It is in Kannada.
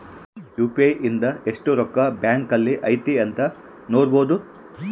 ಯು.ಪಿ.ಐ ಇಂದ ಎಸ್ಟ್ ರೊಕ್ಕ ಬ್ಯಾಂಕ್ ಅಲ್ಲಿ ಐತಿ ಅಂತ ನೋಡ್ಬೊಡು